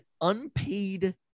unpaid